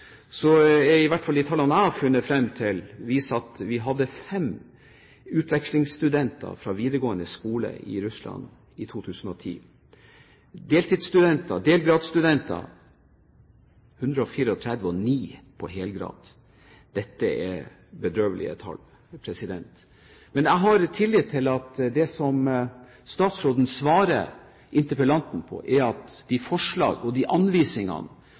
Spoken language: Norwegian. så viser i hvert fall de tallene jeg har funnet frem til, at vi hadde fem utvekslingsstudenter fra videregående skole i Russland i 2010, 134 delgradsstudenter og ni helgradsstudenter. Dette er bedrøvelige tall. Men jeg har tillit til det statsråden svarer interpellanten, at de forslagene og de anvisningene